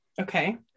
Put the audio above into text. Okay